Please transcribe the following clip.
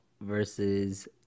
versus